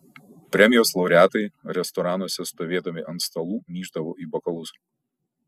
premijos laureatai restoranuose stovėdami ant stalų myždavo į bokalus